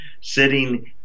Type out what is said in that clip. sitting